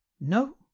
no